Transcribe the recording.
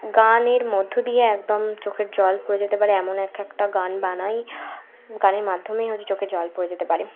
গানের মধ্য দিয়ে একদম চোখের জল পড়ে যেতে পারে এমন এখ একটা গান বানাই গানের মাধ্যমেই হয়তো চোখে জল পড়ে যেতে পারে